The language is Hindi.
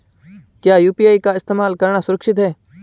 क्या यू.पी.आई का इस्तेमाल करना सुरक्षित है?